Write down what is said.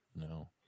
No